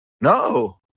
No